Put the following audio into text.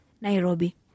Nairobi